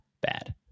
bad